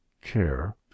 care